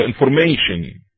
information